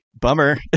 bummer